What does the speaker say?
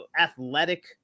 athletic